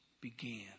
began